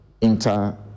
inter